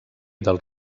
dels